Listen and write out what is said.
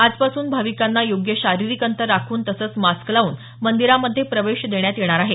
आजपासून भाविकांना योग्य शारीरिक अंतर राखून तसंच मास्क लावून मंदिरामध्ये प्रवेश देण्यात येणार आहे